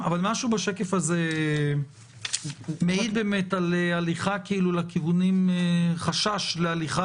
אבל משהו בשקף הזה מעיד על חשש להליכה